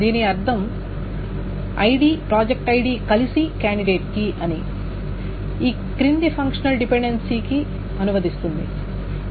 దీని అర్థం ID project ID కలిసి కాండిడేట్ కీ అని ఈ క్రింది ఫంక్షనల్ డిపెండెన్సీకి అనువదిస్తుంది